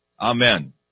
Amen